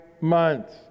months